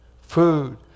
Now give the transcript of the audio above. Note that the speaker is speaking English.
food